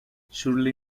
surely